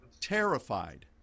terrified